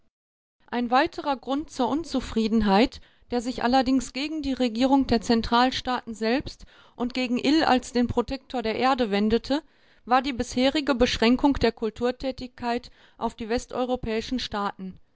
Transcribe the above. ein weiterer grund zur unzufriedenheit der sich allerdings gegen die regierung der zentralstaaten selbst und gegen ill als den protektor der erde wendete war die bisherige beschränkung der kulturtätigkeit auf die westeuropäischen staaten